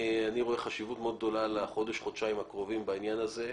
אני רואה חשיבות מאוד גדולה לחודש-חודשיים הקרובים בעניין הזה.